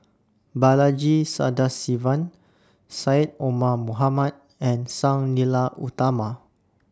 Balaji Sadasivan Syed Omar Mohamed and Sang Nila Utama